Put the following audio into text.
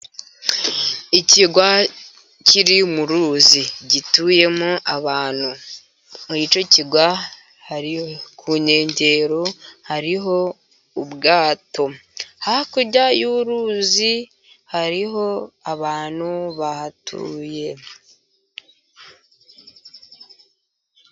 Ikirwa kiri mu ruzi, gituyemo abantu, muri icyo kirwa ku nkengero hariho ubwato. Hakurya y'uruzi hariho abantu bahatuye.